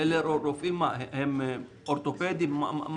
הם אורתופדים?